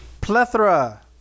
Plethora